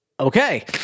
okay